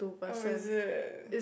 oh is it